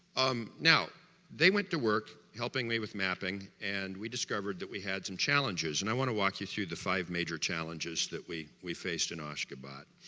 um now they went to work helping me with mapping and we discovered that we had some challenges and i want to walk you through the five major challenges that we we faced in ashgabat